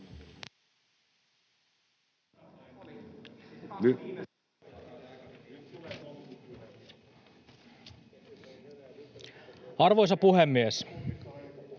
Arvoisa puhemies!